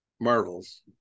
Marvel's